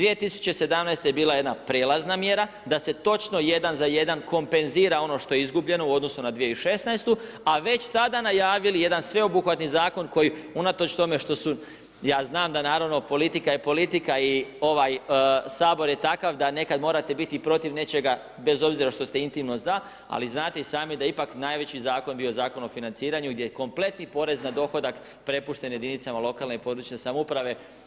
2017. je bila jedna prijelazna mjera da se točno 1 za 1 kompenzira ono što je izgubljeno u odnosu na 2016., a već tada najavili jedan sveobuhvatni zakon koji unatoč tome što su, ja znam da naravno politika je politika i ovaj Sabor je takav da nekad morate biti protiv nečega bez obzira što ste intimno za, ali znate i sami da ipak najveći zakon bio Zakon o financiranju gdje je kompletni porez na dohodak prepušten jedinicama lokalne i područne samouprave.